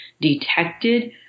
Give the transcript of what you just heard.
detected